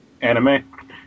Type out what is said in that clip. Anime